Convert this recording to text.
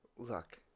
Look